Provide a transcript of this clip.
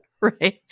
right